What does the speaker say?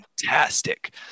fantastic